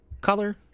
color